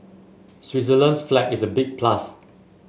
Switzerland's flag is a big plus